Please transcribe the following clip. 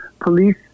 police